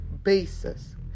Basis